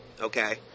okay